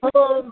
हो